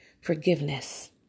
forgiveness